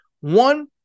One